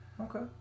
Okay